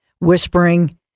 whispering